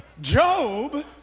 Job